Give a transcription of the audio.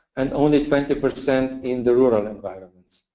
and only twenty percent in the rural environments.